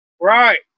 Right